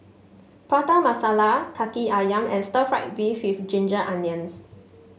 Prata Masala Kaki ayam and Stir Fried Beef with Ginger Onions